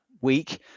week